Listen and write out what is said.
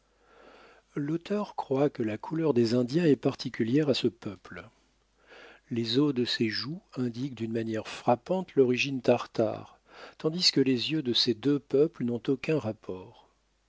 l'auteur croit que la couleur des indiens est particulière à ce peuple les os de ses joues indiquent d'une manière frappante l'origine tartare tandis que les yeux de ces deux peuples n'ont aucun rapport